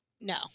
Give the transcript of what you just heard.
No